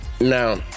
Now